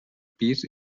pis